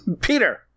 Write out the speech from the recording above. Peter